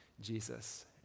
Jesus